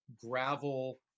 gravel